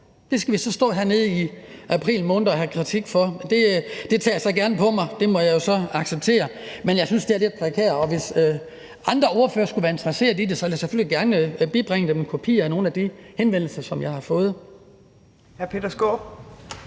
det skal vi så stå her i april måned og have kritik for. Det tager jeg gerne på mig – det må jeg jo acceptere – men jeg synes, det er lidt prekært. Og hvis andre ordførere skulle være interesserede i det, vil jeg selvfølgelig gerne bibringe dem en kopi af nogle af de henvendelser, som jeg har fået.